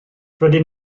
rydyn